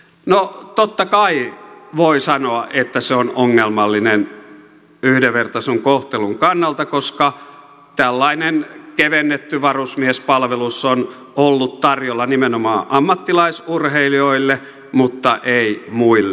no totta kai voi sanoa että se on ongelmallinen yhdenvertaisen kohtelun kannalta koska tällainen kevennetty varusmiespalvelus on ollut tarjolla nimenomaan ammattilaisurheilijoille mutta ei muille